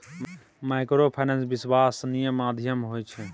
Microfinance विश्वासनीय माध्यम होय छै?